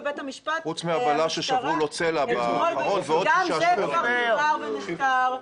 חוץ מהבלש ששברו לו צלע ועוד --- גם זה כבר דובר ונחקר.